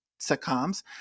sitcoms